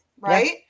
right